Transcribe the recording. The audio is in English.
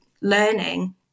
learning